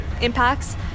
impacts